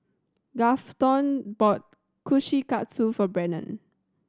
Grafton bought Kushikatsu for Brendan